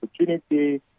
opportunity